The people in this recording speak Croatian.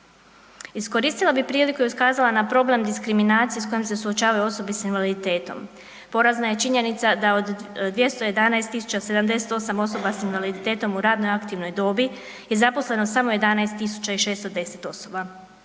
Iskoristila bi priliku i ukazala na problem na diskriminacije s kojem se suočavaju osobe sa invaliditetom. Porazna je činjenica da od 211 078 osoba sa invaliditetom u radno aktivnoj dobi je zaposleno samo 11 610 osoba.